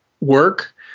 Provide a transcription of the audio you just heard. work